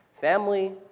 Family